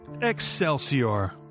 Excelsior